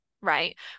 right